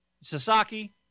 Sasaki